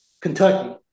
Kentucky